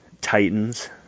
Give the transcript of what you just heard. Titans